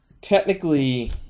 technically